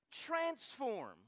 transform